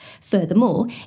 Furthermore